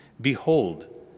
Behold